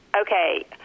Okay